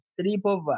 sleepover